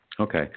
Okay